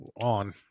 on